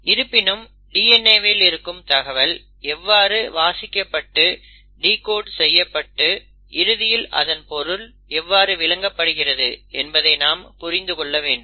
இருப்பினும் DNA வில் இருக்கும் தகவல் எவ்வாறு வாசிக்கப்பட்டு டிகோட் செய்யப்பட்டு இறுதியில் அதன் பொருள் எவ்வாறு விளங்கப்படுகிறது என்பதை நாம் புரிந்து கொள்ள வேண்டும்